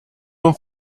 room